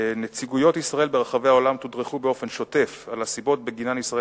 נציגויות ישראל ברחבי העולם תודרכו באופן שוטף על הסיבות שבגינן ישראל